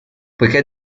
poiché